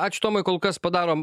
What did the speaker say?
ačiū tomai kol kas padarom